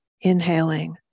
inhaling